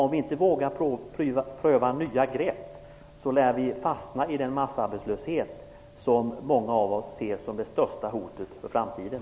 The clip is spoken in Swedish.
Om vi inte vågar pröva nya grepp lär vi fastna i den massarbetslöshet som många av oss ser som det största hotet i framtiden.